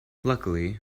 luckily